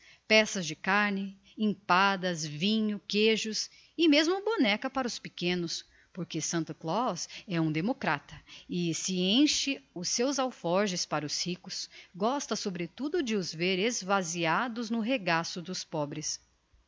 peças de carne empadas vinho queijos e mesmo bonecas para os pequenos porque santo claus é um democrata e se enche os seus alforges para os ricos gosta sobretudo de os vêr esvaziados no regaço dos pobres